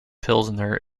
pilsner